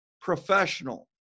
professional